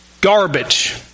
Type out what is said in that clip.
Garbage